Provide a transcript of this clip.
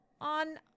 on